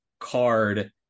card